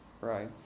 right